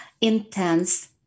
intense